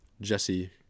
Jesse